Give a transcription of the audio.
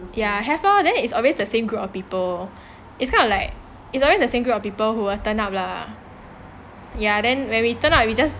ya have lor then is always the same group of people it's kind of like it's always the same group of people who will turn up lah ya then when we turn up we just